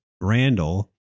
Randall